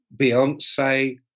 Beyonce